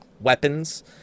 weapons